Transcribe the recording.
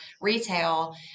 retail